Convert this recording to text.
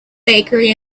bakery